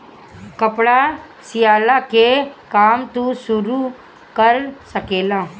कपड़ा सियला के काम तू शुरू कर सकेला